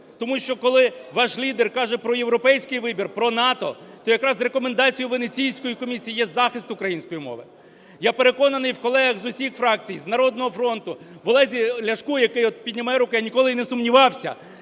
тому що, коли ваш лідер каже про європейський вибір, про НАТО, то якраз рекомендацією Венеційської комісії є захист української мови. Я переконаний в колегах з усіх фракцій, з "Народного фронту", в Олегу Ляшку, який-от піднімає руку, я ніколи і не сумнівався,